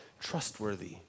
trustworthy